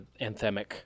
anthemic